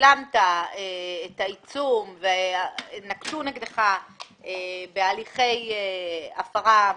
שילמת את העיצום ונקטו נגדך בהליכי הפרה מינהלית,